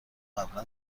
قبلا